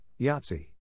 Yahtzee